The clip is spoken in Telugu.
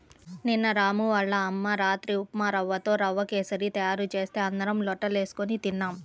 నిన్న రాము వాళ్ళ అమ్మ రాత్రి ఉప్మారవ్వతో రవ్వ కేశరి తయారు చేస్తే అందరం లొట్టలేస్కొని తిన్నాం